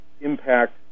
impact